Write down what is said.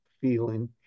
feeling